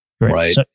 right